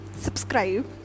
Subscribe